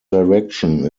direction